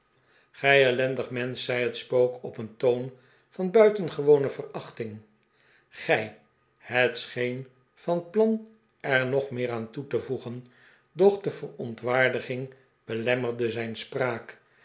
gij ellendig mensch zei het spook op een toon van buitengewone verachting gij het scheen van plan er nog meer aan toe te voegen doch de verontwaardiging belemmerde zijn spraak